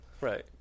Right